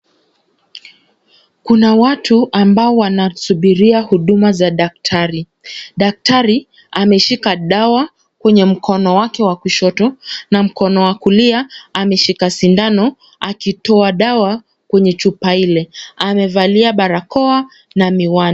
Kuna watu ambao wanasubiria huduma za daktari. Daktari ameshika dawa kwenye mkono wake wa kushoto na mkono wa kulia ameshika sindano akitoa dawa kwenye chupa ile ,amevalia barakoa na miwani.